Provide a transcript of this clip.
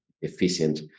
efficient